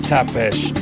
Tapesh